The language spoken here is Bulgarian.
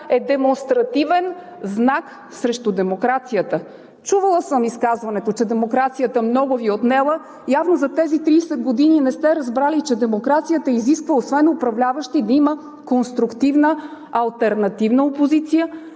е демонстративен знак срещу демокрацията. Чувала съм изказването, че демокрацията много Ви е отнела. Явно за тези 30 години не сте разбрали, че демокрацията изисква освен управляващи да има конструктивна, алтернативна опозиция,